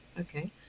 Okay